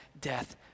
death